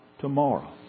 tomorrow